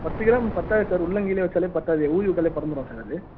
பத்து கிராம் பற்றாதே சார் உள்ளங்கைலேயே வைச்சாலே பற்றாதே ஊதி விட்டாலே பறந்துடும் சார் அது